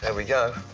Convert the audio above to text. and we go.